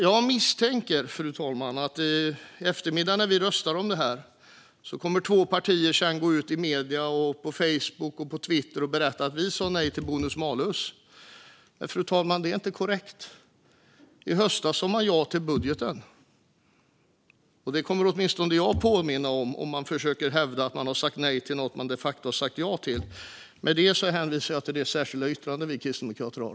Jag misstänker att när vi röstar om detta i eftermiddag kommer två partier sedan att gå ut i medierna, på Facebook och Twitter och berätta: Vi sa nej till bonus malus. Fru talman! Det är inte korrekt. I höstas sa man ja till budgeten. Det kommer åtminstone jag att påminna om, om man försöker hävda att man sagt nej till något som man de facto har sagt ja till. Med det hänvisar jag till det särskilda yttrande vi kristdemokrater har.